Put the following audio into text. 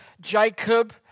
Jacob